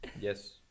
Yes